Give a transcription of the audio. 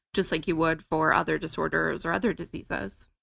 just like you would for other disorders or other diseases.